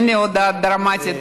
אין לי הודעה דרמטית,